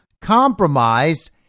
compromised